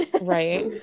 right